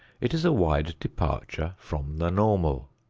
it is a wide departure from the normal.